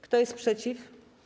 Kto jest przeciw?